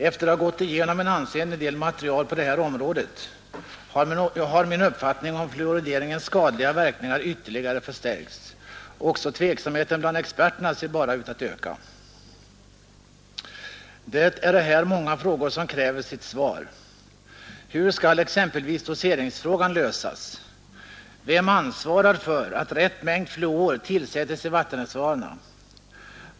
Efter att ha gått igenom en ansenlig del material på detta område har min uppfattning om fluorideringens skadliga verkningar ytterligare förstärkts. Också tveksamheten bland experterna ser bara ut att öka. Det är här många frågor som kräver sitt svar. Hur skall exempelvis doseringsfrågan lösas? Vem ansvarar för att rätt mängd fluor tillsättes i vattenreservoarerna?